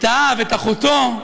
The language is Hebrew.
את האב, את אחותו.